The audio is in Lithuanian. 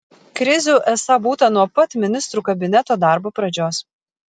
krizių esą būta nuo pat ministrų kabineto darbo pradžios